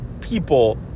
People